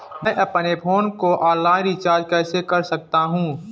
मैं अपने फोन को ऑनलाइन रीचार्ज कैसे कर सकता हूं?